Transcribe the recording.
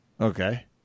Okay